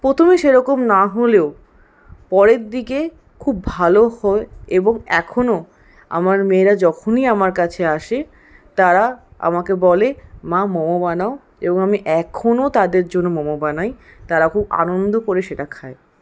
প্রথমে সেরকম না হলেও পরের দিকে খুব ভালো হয় এবং এখনো আমার মেয়েরা যখনই আমার কাছে আসে তারা আমাকে বলে মা মোমো বানাও এবং আমি এখনো তাদের জন্য মোমো বানাই তারা খুব আনন্দ করে সেটা খায়